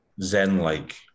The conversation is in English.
Zen-like